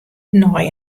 nei